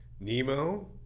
Nemo